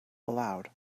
allowed